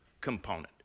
component